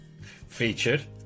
featured